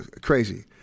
crazy